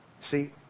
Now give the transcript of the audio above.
See